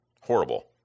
horrible